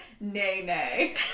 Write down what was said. nay-nay